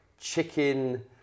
chicken